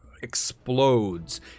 explodes